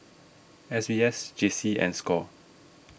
S B S J C and Score